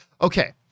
Okay